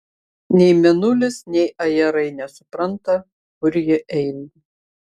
nei mėnulis nei ajerai nesupranta kur ji eina